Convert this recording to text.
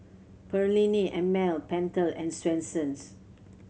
Perllini and Mel Pentel and Swensens